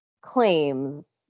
claims